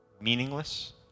meaningless